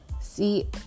See